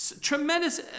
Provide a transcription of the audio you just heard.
Tremendous